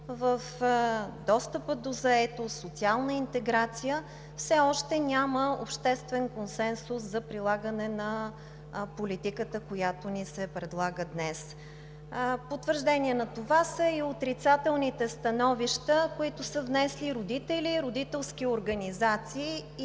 в достъпа до заетост, социалната интеграция все още няма обществен консенсус за прилагане на политиката, която ни се предлага днес. В потвърждение на това са и отрицателните становища, които са внесли родители, родителски организации и